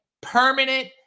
permanent